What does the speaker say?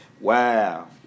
Wow